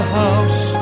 house